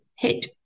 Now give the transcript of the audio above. hit